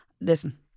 listen